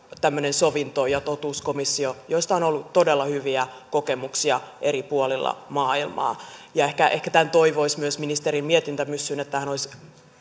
tämmöinen sovinto ja totuuskomissio joista on ollut todella hyviä kokemuksia eri puolilla maailmaa ja ehkä ehkä tämän toivoisi myös ministerin mietintämyssyyn tämähän olisi